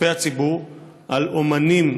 סכומי עתק מכספי הציבור על אומנים.